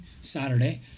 Saturday